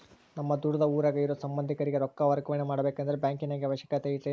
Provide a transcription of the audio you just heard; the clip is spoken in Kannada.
ನಮ್ಮ ದೂರದ ಊರಾಗ ಇರೋ ಸಂಬಂಧಿಕರಿಗೆ ರೊಕ್ಕ ವರ್ಗಾವಣೆ ಮಾಡಬೇಕೆಂದರೆ ಬ್ಯಾಂಕಿನಾಗೆ ಅವಕಾಶ ಐತೇನ್ರಿ?